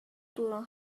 дүүрэн